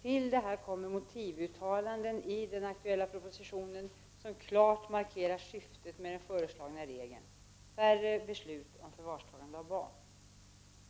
Till detta kommer motivuttalanden i den aktuella propositionen som klart markerar syftet med den föreslagna regeln — färre beslut om förvarstagande av barn.